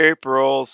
April